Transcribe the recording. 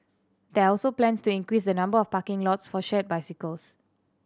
there are also plans to increase the number of parking lots for shared bicycles